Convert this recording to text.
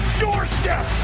doorstep